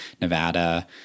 Nevada